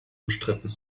umstritten